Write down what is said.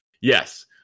yes